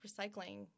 recycling